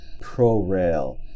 pro-rail